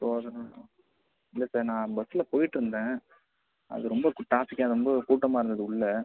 so அதனால் இல்லை sir நான் பஸ்ஸில் போயிட்டிருந்தேன் அது ரொம்ப கூ டிராஃபிக்காக ரொம்ப கூட்டமாக இருந்தது உள்ளே